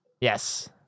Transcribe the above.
Yes